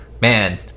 man